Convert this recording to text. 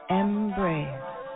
embrace